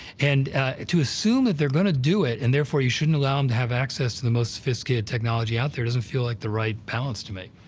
and to assume that they're gonna do it and therefore you shouldn't allow them to have access to the most sophisticated technology out there, doesn't feel like the right balance to me.